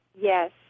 Yes